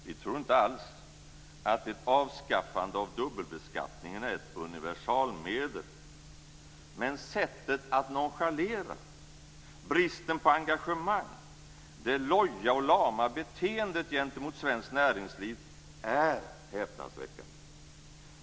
Vi tror inte alls att ett avskaffande av dubbelbeskattningen är ett universalmedel, men sättet att nonchalera, bristen på engagemang, det loja och lama beteendet gentemot svenskt näringsliv är häpnadsväckande.